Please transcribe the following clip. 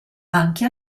anche